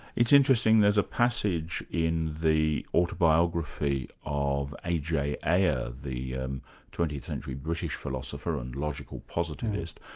it's interesting, there's a passage in the autobiography of a. j. ayer, the twentieth century british philosopher and logical positivist,